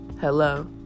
hello